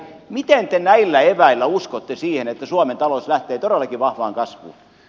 miten te näillä eväillä uskotte siihen että suomen talous lähtee todellakin vahvaan kasvuun